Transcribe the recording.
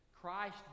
Christ